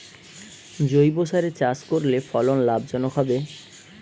জৈবসারে চাষ করলে ফলন লাভজনক হবে?